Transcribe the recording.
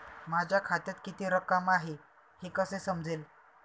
माझ्या खात्यात किती रक्कम आहे हे कसे समजेल?